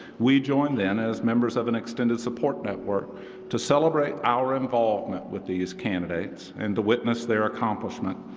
we join then as members of an extended support network to celebrate our involvement with these candidates and to witness their accomplishment.